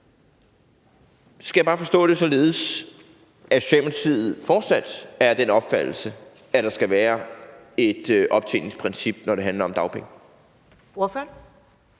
Skal jeg bare forstå det således, at Socialdemokratiet fortsat er af den opfattelse, at der skal være et optjeningsprincip, når det handler om dagpenge? Kl.